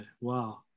wow